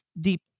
deep